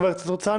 חבר הכנסת הרצנו